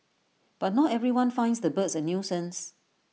but not everyone finds the birds A nuisance